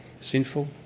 sinful